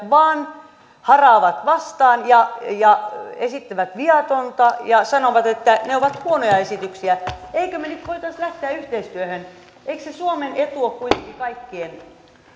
vain haraavat vastaan ja ja esittävät viatonta ja sanovat että ne ovat huonoja esityksiä emmekö me nyt voisi lähteä yhteistyöhön eikös se suomen etu ole kuitenkin kaikkien